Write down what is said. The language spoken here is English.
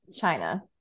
China